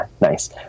nice